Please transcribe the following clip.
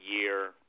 year